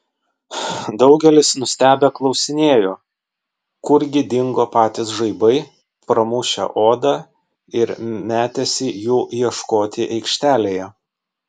daugelis nustebę klausinėjo kurgi dingo patys žaibai pramušę odą ir metėsi jų ieškoti aikštelėje